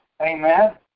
Amen